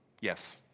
Yes